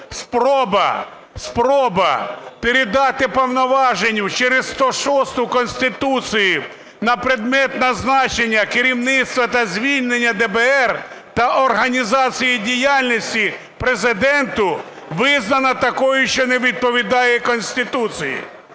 спроба передати повноваження через 106 Конституції на предмет призначення керівництва (та звільнення) ДБР та організації діяльності Президенту визнано такою, що не відповідає Конституції.